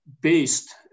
Based